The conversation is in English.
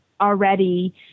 already